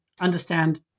understand